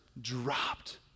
dropped